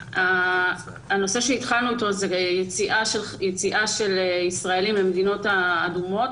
הנושא שהתחלנו אתו הוא יציאה של ישראלים למדינות האדומות,